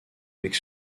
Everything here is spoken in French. avec